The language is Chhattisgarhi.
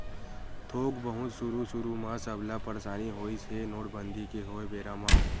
थोक बहुत सुरु सुरु म सबला परसानी होइस हे नोटबंदी के होय बेरा म